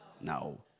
No